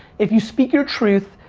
if you speak your truth,